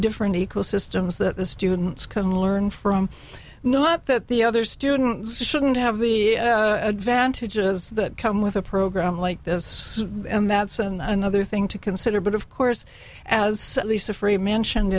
different ecosystems that the students can learn from not that the other students shouldn't have the advantages that come with a program like this and that's another thing to consider but of course as lisa free mentioned